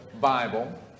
Bible